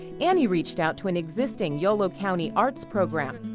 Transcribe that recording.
annie reached out to an existing yolo county arts program.